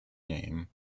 name